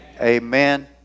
Amen